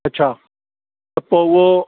अच्छा त पोइ उहो